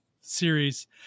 series